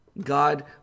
God